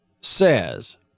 says